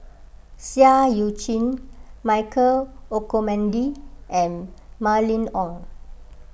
Seah Eu Chin Michael Olcomendy and Mylene Ong